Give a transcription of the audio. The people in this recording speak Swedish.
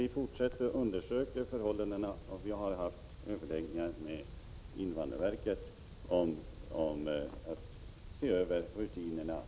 Vi fortsätter att undersöka förhållandena, och vi har haft överläggningar med invandrarverket om att se över rutinerna.